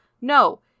No